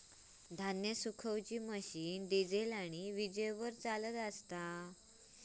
धान्य सुखवुची machine diesel आणि वीजेवर चलता